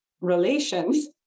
relations